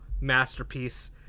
masterpiece